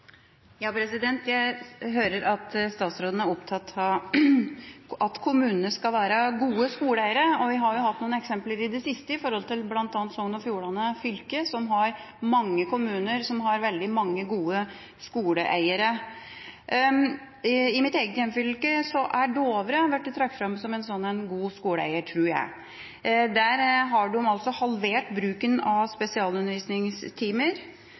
opptatt av at kommunene skal være gode skoleeiere. Vi har jo hatt noen eksempler i det siste, bl.a. Sogn og Fjordane fylke, som har mange kommuner med veldig mange gode skoleeiere. I mitt eget hjemfylke er Dovre blitt trukket fram som en slik god skoleeier. Der har de altså halvert bruken av spesialundervisningstimer